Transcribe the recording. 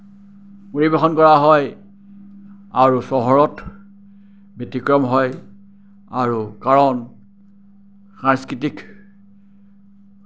পৰিৱেশন কৰা হয় আৰু চহৰত ব্যতিক্ৰম হয় আৰু কাৰণ সাংস্কৃতিক